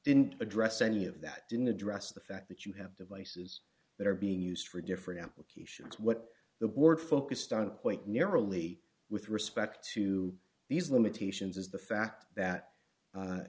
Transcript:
didn't address any of that didn't address the fact that you have devices that are being used for different applications what the board focused on the point nearly with respect to these limitations is the fact that